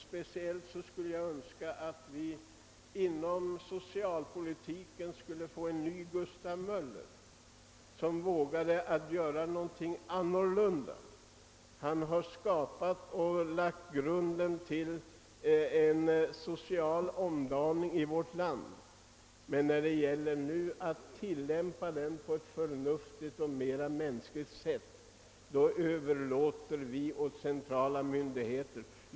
Speciellt skulle jag önska att vi inom socialpolitiken finge en ny Gustav Möller, som vågade göra någonting annorlunda. Gustav Möller lade grunden till och genomförde en social omdaning i vårt land, men när det nu gäller att tillämpa principerna på ett förnuftigt och mänskligt sätt överlåter vi saken åt centrala myndigheter.